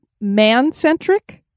Man-centric